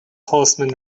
horseman